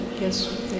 yes